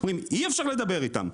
אי אפשר לדבר איתם,